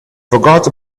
forgot